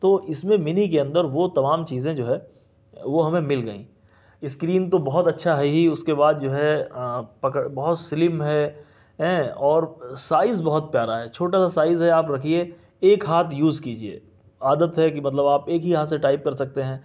تو اس میں منی کے اندر وہ تمام چیزیں جو ہے وہ ہمیں مل گئیں اسکرین تو بہت اچھا ہے ہی اس کے بعد جو ہے پکڑ بہت سلم ہے ایں اور سائز بہت پیارا ہے چھوٹا سا سائز ہے آپ رکھیے ایک ہاتھ یوز کیجئے عادت ہے کہ مطلب آپ ایک ہی ہاتھ ٹائپ کر سکتے ہیں